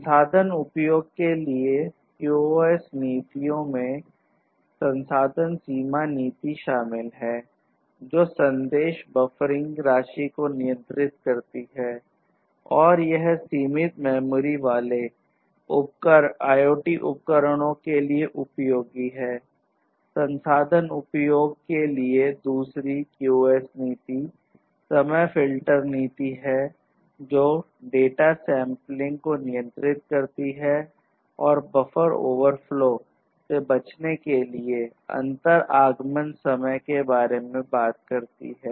संसाधन उपयोग के लिए QoS नीतियों में संसाधन सीमा नीति शामिल है जो संदेश बफरिंग के बारे में बात करती है